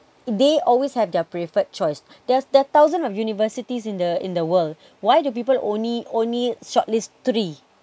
they always have their preferred choice there are there are thousands of universities in the in the world why do people only only shortlist three